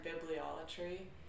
bibliolatry